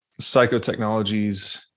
psychotechnologies